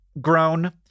grown